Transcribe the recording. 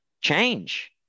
change